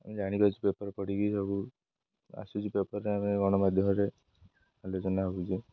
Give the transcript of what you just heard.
ଆମେ ଜାଣିପାରୁଛୁ ପେପର ପଢ଼ିକି ସବୁ ଆସୁଛି ପେପରରେ ଆମେ ଗଣମାଧ୍ୟମରେ ଆଲୋଚନା ହଉଛି